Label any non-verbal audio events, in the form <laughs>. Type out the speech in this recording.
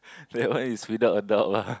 <laughs> that one is without a doubt lah